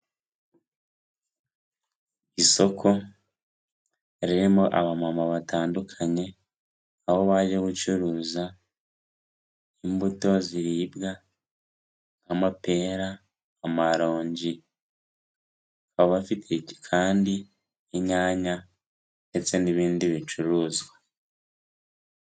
Isoko ririmo abamama batandukanye, aho bajya gucuruza imbuto ziribwa; nk'amapera, amarongi bafite kandi inyanya ndetse n'ibindi bicuruzwa.